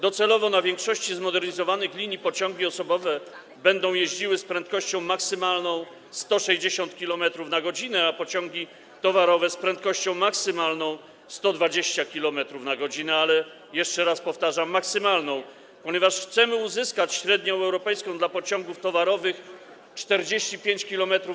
Docelowo na większości zmodernizowanych linii pociągi osobowe będą jeździły z prędkością maksymalną 160 km/h, a pociągi towarowe - z prędkością maksymalną 120 km/h, ale jeszcze raz powtarzam: maksymalną, ponieważ chcemy uzyskać średnią europejską dla pociągów towarowych 45 km/h.